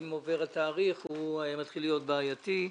שאם עובר התאריך הוא מתחיל להיות בעייתי.